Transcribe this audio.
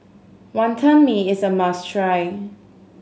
Wantan Mee is a must try